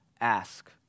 ask